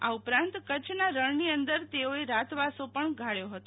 આ ઉપરાંત કચ્છના રણની અંદર તેઓએ રાતવાસો પણ ગાળ્યો હતો